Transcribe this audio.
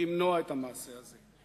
למנוע את המעשה הזה.